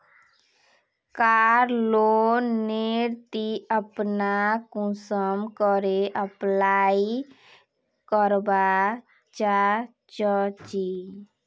कार loan नेर ती अपना कुंसम करे अप्लाई करवा चाँ चची?